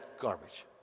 garbage